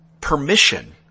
permission